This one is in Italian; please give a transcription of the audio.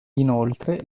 inoltre